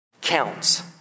counts